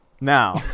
Now